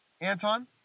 Anton